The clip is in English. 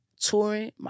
touring